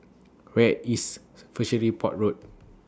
Where IS Fishery Port Road